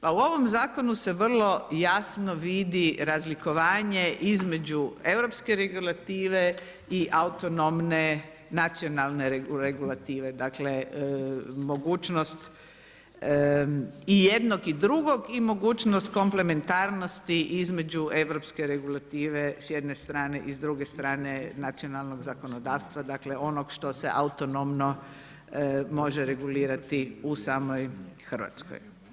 Pa u ovom zakonu se vrlo jasno vidi razlikovanje između europske regulative i autonomne nacionalne regulative, dakle mogućnost i jednog i drugog i mogućnost komplementarnosti između Europske regulative s jedne strane i s druge strane nacionalnog zakonodavstva, dakle onog što se autonomno može regulirati u samoj Hrvatskoj.